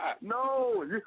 No